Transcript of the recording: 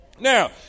Now